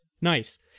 Nice